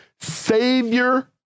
savior